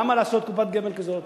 למה לעשות קופת גמל כזאת?